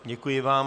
Děkuji vám.